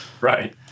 Right